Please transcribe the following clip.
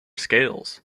scales